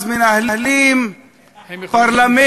אז מנהלים פרלמנט,